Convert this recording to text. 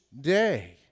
day